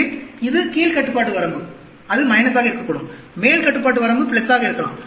எனவே இது கீழ் கட்டுப்பாட்டு வரம்பு அது - ஆக இருக்கக்கூடும் மேல் கட்டுப்பாட்டு வரம்பு ஆக இருக்கலாம்